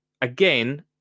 Again